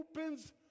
opens